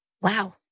wow